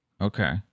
Okay